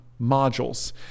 modules